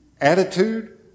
attitude